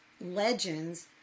legends